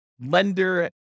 lender